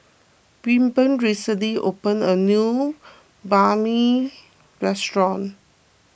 Wilburn recently opened a new Banh Mi restaurant